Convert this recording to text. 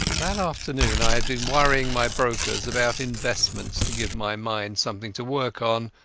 that afternoon i had been worrying my brokers about investments to give my mind something to work on,